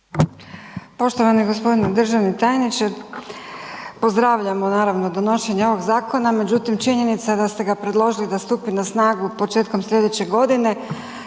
Poštovani gospodine državni tajniče, pozdravljamo naravno donošenje ovog zakona međutim činjenica je da ste ga predložili da stupi na snagu početkom slijedeće godine,